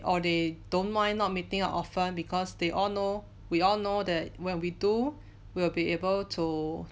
or they don't mind not meeting up often because they all know we all know that when we do we'll be able to